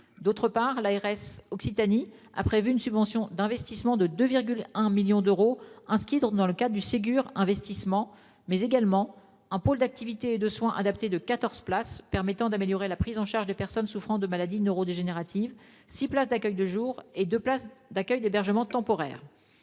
D'autre part, l'ARS Occitanie a prévu une subvention d'investissement de 2,1 millions d'euros inscrite dans le cadre du Ségur de l'investissement, mais également : un pôle d'activités et de soins adaptés de 14 places permettant d'améliorer la prise en charge des personnes souffrant de maladies neurodégénératives ; 6 places d'accueil de jour ; 2 places d'hébergement temporaire.